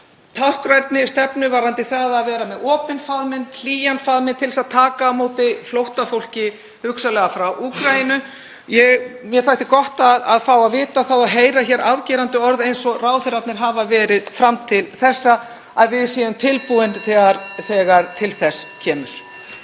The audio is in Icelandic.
táknrænni stefnu varðandi það að vera með opinn faðminn, hlýjan faðminn til að taka á móti flóttafólki, hugsanlega frá Úkraínu? Mér þætti gott að fá að vita það og heyra hér afgerandi orð, eins og ráðherrarnir hafa verið með fram til þessa, um að við séum tilbúin þegar til þess kemur.